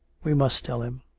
we must tell him.